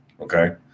okay